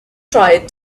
tried